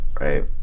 right